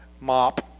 mop